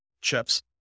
chips